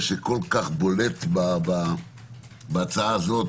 שכל כך בולט בהצעה הזאת